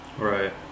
Right